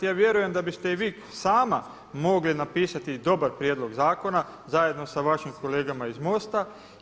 Ja vjerujem da biste i vi sama mogli napisati dobar prijedlog zakona zajedno sa vašim kolegama iz MOST-a.